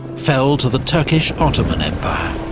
fell to the turkish ottoman empire.